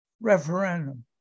referendum